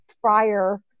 friar